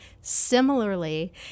similarly